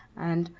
and,